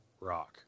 rock